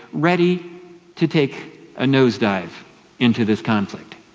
ready to take a nosedive into this conflict,